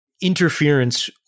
interference